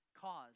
cause